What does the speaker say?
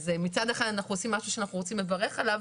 אז מצד אחד אנחנו עושים משהו שאנחנו רוצים לברך עליו.